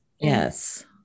Yes